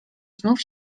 znów